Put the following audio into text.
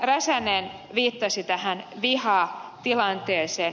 räsänen viittasi tähän vihatilanteeseen